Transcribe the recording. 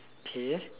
okay